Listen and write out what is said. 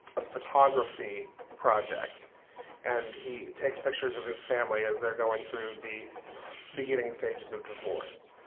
ah photography project and he takes pictures of his family as they're going through the beginning stages of divorce.